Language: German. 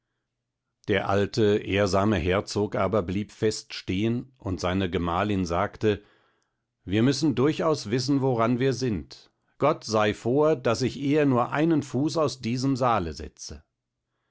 der alte ehrsame herzog aber blieb fest stehen und seine gemahlin sagte wir müssen durchaus wissen woran wir sind gott sei vor daß ich eher nur einen fuß aus diesem saale setze